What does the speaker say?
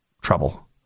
trouble